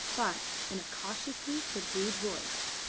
but in a cautiously subdued voice.